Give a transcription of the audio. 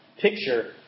picture